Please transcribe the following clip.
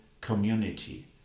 community